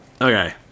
Okay